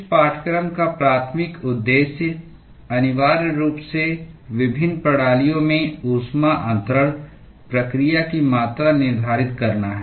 इस पाठ्यक्रम का प्राथमिक उद्देश्य अनिवार्य रूप से विभिन्न प्रणालियों में ऊष्मा अन्तरण प्रक्रिया की मात्रा निर्धारित करना है